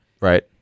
Right